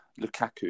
Lukaku